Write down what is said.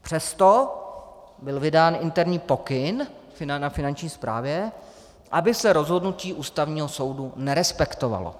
Přesto byl vydán interní pokyn na Finanční správě, aby se rozhodnutí Ústavního soudu nerespektovalo.